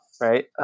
right